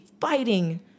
fighting